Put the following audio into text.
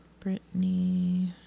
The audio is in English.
Britney